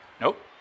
Nope